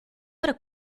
para